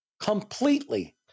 completely